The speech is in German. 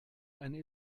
eine